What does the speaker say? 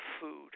food